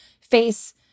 face